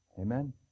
amen